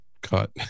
cut